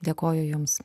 dėkoju jums